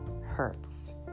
hertz